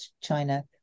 China